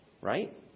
right